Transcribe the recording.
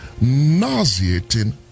nauseating